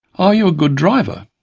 are you a good driver?